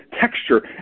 texture